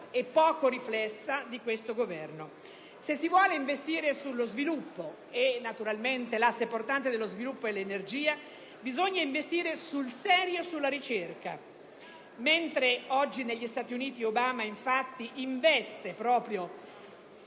e poco riflessiva di questo Governo. Se si vuole investire sullo sviluppo - e naturalmente l'asse portante dello sviluppo è l'energia - bisogna investire sul serio sulla ricerca. A differenza degli Stati Uniti, dove Obama sta investendo